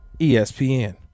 ESPN